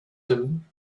him